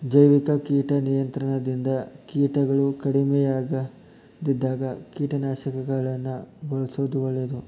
ಜೈವಿಕ ಕೇಟ ನಿಯಂತ್ರಣದಿಂದ ಕೇಟಗಳು ಕಡಿಮಿಯಾಗದಿದ್ದಾಗ ಕೇಟನಾಶಕಗಳನ್ನ ಬಳ್ಸೋದು ಒಳ್ಳೇದು